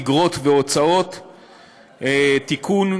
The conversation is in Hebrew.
אגרות והוצאות (תיקון,